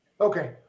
Okay